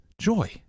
joy